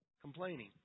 Complaining